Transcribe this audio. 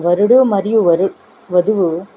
వరుడు మరియు వ వధువు